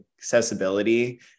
accessibility